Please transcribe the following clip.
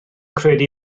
credu